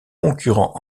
concurrents